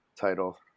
title